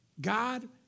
God